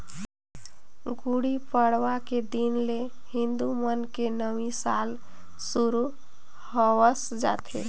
गुड़ी पड़वा के दिन ले हिंदू मन के नवी साल सुरू होवस जाथे